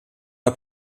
der